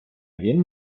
він